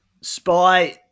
Spy